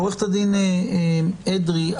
עו"ד אדרי,